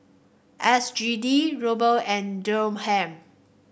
S G D Ruble and Dirham